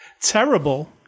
Terrible